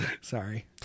Sorry